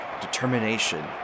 determination